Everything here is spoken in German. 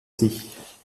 sich